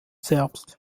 zerbst